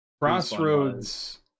Crossroads